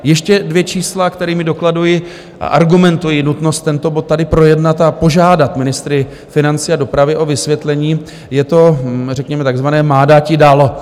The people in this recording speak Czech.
Ještě dvě čísla, kterými dokladuji a argumentuji nutnost tento bod tady projednat a požádat ministry financí a dopravy o vysvětlení, je to řekněme takzvané Má dáti Dal.